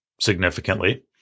significantly